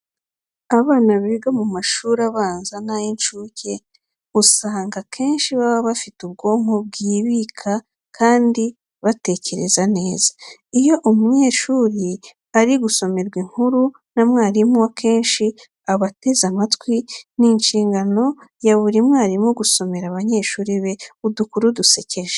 Abana biga mu mashuri abanza n'ay'incuke usanga akenshi baba bafite ubwonko bwibika kandi batekereza neza. Iyo umunyeshuri ari gusomerwa inkuru na mwarimu we akenshi aba ateze amatwi. Ni inshingano ya buri mwarimu gusomera abanyeshuri be udukuru dusekeje.